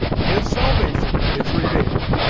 his salvation is revealed.